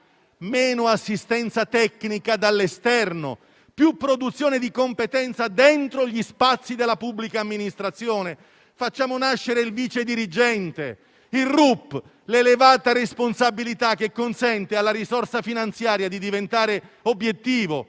meno assistenza tecnica dall'esterno, più produzione di competenza all'interno degli spazi della pubblica amministrazione. Facciamo nascere il vice dirigente, il responsabile unico del procedimento (RUP), l'elevata responsabilità che consente alla risorsa finanziaria di diventare obiettivo,